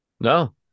No